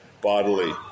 bodily